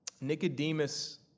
Nicodemus